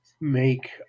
make